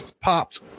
popped